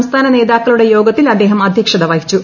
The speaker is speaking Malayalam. സംസ്ഥാന നേതാക്കളുടെ യോഗത്തിൽ അദ്ദേഹം അധ്യക്ഷത വഹിച്ചു